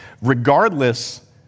regardless